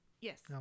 Yes